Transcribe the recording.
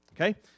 Okay